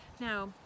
now